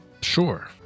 sure